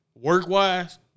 Work-wise